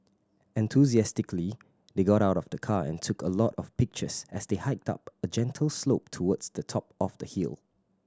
enthusiastically they got out of the car and took a lot of pictures as they hiked up a gentle slope towards the top of the hill